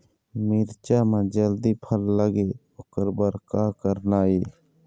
मिरचा म जल्दी फल लगे ओकर बर का करना ये?